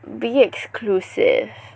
be exclusive